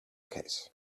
case